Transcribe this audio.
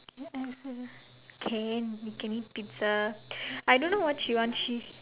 ya I also can we can eat pizza I don't know what she want she